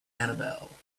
annabelle